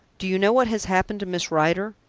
do you know what has happened to miss rider?